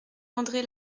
andré